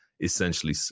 essentially